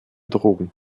drogen